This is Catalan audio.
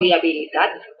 viabilitat